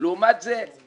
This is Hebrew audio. אין